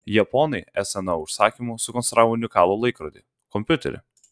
japonai sno užsakymu sukonstravo unikalų laikrodį kompiuterį